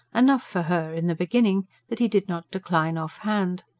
enough for her, in the beginning, that he did not decline off-hand.